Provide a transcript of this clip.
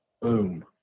boom